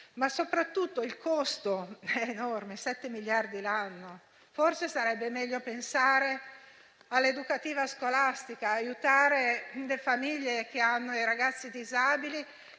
ma soprattutto il costo è enorme: 7 miliardi all'anno. Forse sarebbe meglio pensare all'educazione scolastica, ad aiutare le famiglie con ragazzi disabili